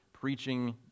preaching